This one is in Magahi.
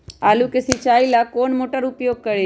आलू के सिंचाई ला कौन मोटर उपयोग करी?